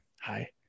Hi